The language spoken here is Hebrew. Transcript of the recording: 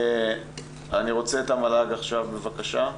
אתי, מהמל"ג, בבקשה.